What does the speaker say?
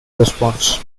response